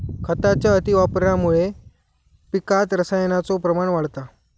खताच्या अतिवापरामुळा पिकात रसायनाचो प्रमाण वाढता